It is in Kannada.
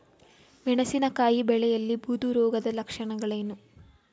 ಮೆಣಸಿನಕಾಯಿ ಬೆಳೆಯಲ್ಲಿ ಬೂದು ರೋಗದ ಲಕ್ಷಣಗಳೇನು?